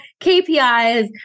KPIs